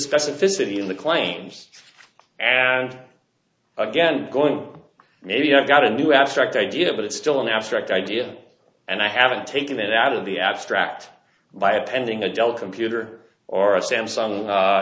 specificity in the claims and again going maybe i've got a new abstract idea but it's still an abstract idea and i haven't taken it out of the abstract by appending a dell computer or a stem some